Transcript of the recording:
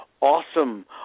awesome